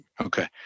Okay